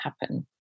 happen